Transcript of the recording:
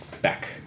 Back